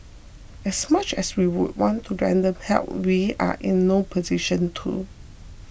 as much as we would want to render help we are in no position to